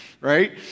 right